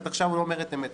את עכשיו לא אומרת אמת,